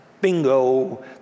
bingo